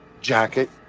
jacket